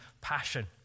passion